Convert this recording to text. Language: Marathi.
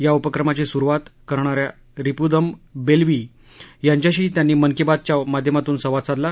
या उपक्रमाची सुरुवात करणाऱ्या रिपुदमन बेल्वी यांच्याशी त्यांनी मन की बात च्या माध्यमातून संवाद साधला